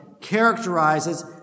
characterizes